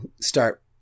start